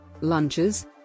Lunches